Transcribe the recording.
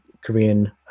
Korean